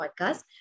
podcast